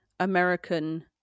American